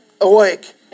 Awake